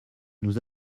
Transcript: nous